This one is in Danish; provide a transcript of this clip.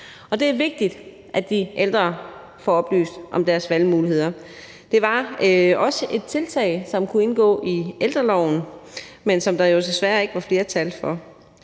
Det er vigtigt, at de ældre får oplysninger om deres valgmuligheder. Det var også et tiltag, som kunne indgå i ældreloven, men som der jo desværre ikke var flertal for.